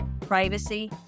privacy